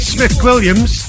Smith-Williams